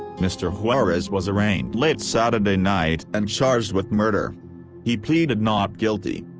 mr. juarez was arraigned late saturday night and charged with murder he pleaded not guilty.